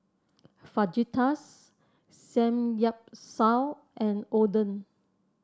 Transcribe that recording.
Fajitas Samgyeopsal and Oden